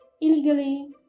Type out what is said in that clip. Illegally